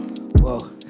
Whoa